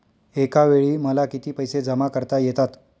एकावेळी मला किती पैसे जमा करता येतात?